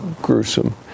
gruesome